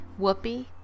Whoopi